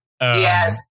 Yes